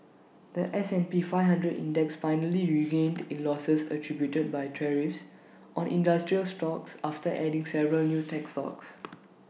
The S and P five hundred index finally regained its losses attributed by tariffs on industrial stocks after adding several new tech stocks